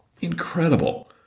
Incredible